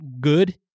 good